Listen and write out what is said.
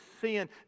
sin